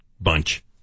bunch